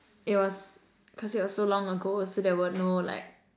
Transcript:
it was cause it was so long ago so there were no like